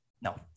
No